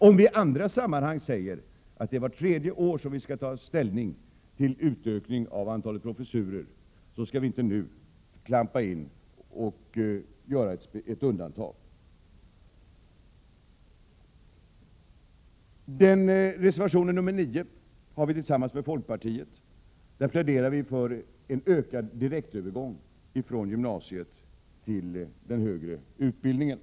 Om vi i andra sammanhang säger att det är vart tredje år som vi skall ta ställning till utökning av antalet professurer, skall vi nu inte klampa in och göra ett undantag. Reservation 9 har vi tillsammans med folkpartiet. Där pläderar vi för en ökad direktövergång från gymnasiet till den högre utbildningen.